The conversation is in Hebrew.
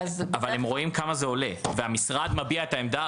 אבל הם רואים כמה זה עולה והמשרד מביע את העמדה.